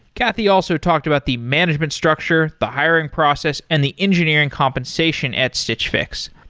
cathy also talked about the management structure, the hiring process and the engineering compensation at stitch fix.